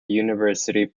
university